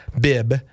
bib